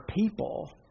people